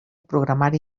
programari